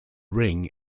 ring